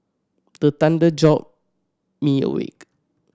the thunder jolt me awake